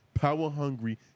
Power-hungry